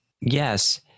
yes